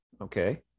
okay